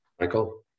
Michael